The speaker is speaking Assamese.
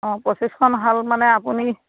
অঁ পঁচিছখন শাল মানে আপুনি